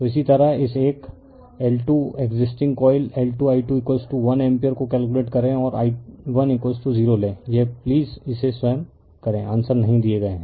refer slide time 1615 तो इसी तरह इस एक L2 exciting coil L2i21 ampere को कैलकुलेट करें और i10 लें यह प्लीज इसे स्वयं करें आंसर नहीं दिए गए हैं